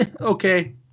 okay